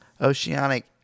Oceanic